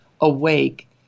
awake